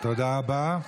תודה רבה.